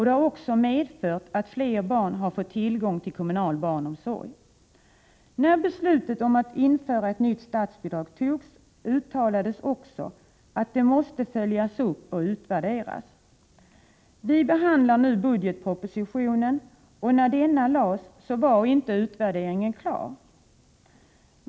Det har också medfört att fler barn har fått tillgång till kommunal barnomsorg. När beslutet om att införa ett nytt statsbidrag fattades uttalades också att detta måste följas upp och utvärderas. Vi diskuterar nu budgetpropositionen. När denna lades fram var inte utvärderingen klar.